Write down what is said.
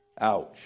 Ouch